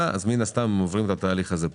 מן הסתם הם עוברים את התהליך הזה פה.